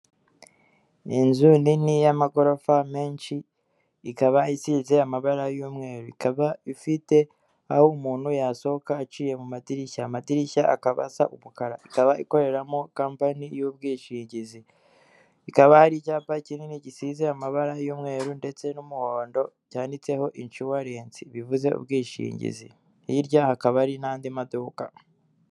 Ni inzu nini y'amagorofa menshi, ikaba isize amabara y'umweru, ikaba ifite aho umuntu yasohoka aciye mu madirishya, amadirishya akaba asa umukara, ikaba ikoreramo compani y'ubwishingizi ikaba ari icyapa kinini gisize amabara y'umweru ndetse n'umuhondo byanditseho Insuarence bivuze ubwishingizi, hirya hakaba hari n'andi maduka.